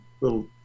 little